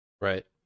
Right